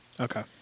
Okay